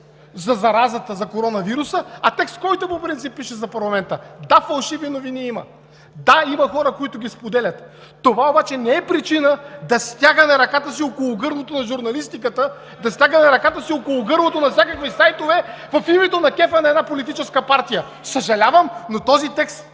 за заразата, за коронавируса, а текст, в който по принцип пише за парламента. Да, фалшиви новини има. Да, има хора, които ги споделят. Това обаче не е причина да стягаме ръката си около гърлото на журналистиката, да стягаме ръката си около гърлото на всякакви сайтове в името на кефа на една политическа партия. Съжалявам, но този текст